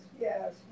yes